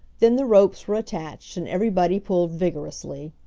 then the ropes were attached and everybody pulled vigorously.